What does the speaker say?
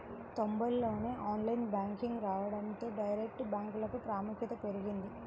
తొంబైల్లోనే online banking రావడంతో direct బ్యాంకులకు ప్రాముఖ్యత పెరిగింది